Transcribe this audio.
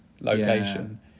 location